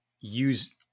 use